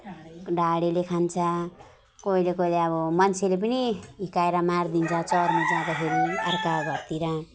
ढाडेले खान्छ कहिले कहिले अब मान्छेले पनि हिर्काएर मार्दिन्छ चर्न जाँदाखेरि अर्काको घरतिर